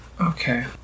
Okay